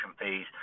fees